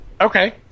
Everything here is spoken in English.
Okay